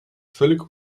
völlig